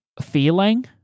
Feeling